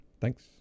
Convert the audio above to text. Thanks